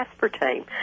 aspartame